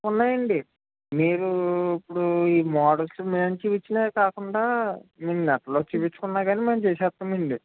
ఉన్నాయండి మీరు ఇప్పుడు ఈ మోడల్స్ మేం చూపించినవి కాకుండా మీరు నెట్ లో చూపించుకున్నా కానీ మేము చేసేస్తామండి